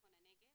מכון הנגב.